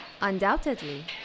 Undoubtedly